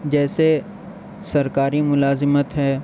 جیسے سرکاری ملازمت ہے